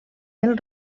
del